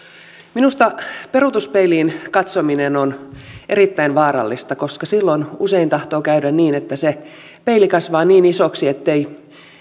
minusta peruutuspeiliin katsominen on erittäin vaarallista koska silloin usein tahtoo käydä niin että se peili kasvaa niin isoksi ettei